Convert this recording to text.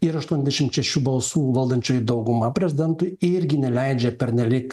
ir aštuoniadešimt šešių balsų valdančioji dauguma prezidentui irgi neleidžia pernelyg